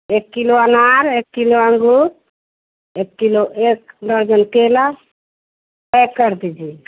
एक किलो अनार एक किलो अंगूर एक किलो एक दर्जन केला पैक कर दीजिए